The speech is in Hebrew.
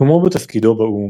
כמו בתפקידו באו"ם,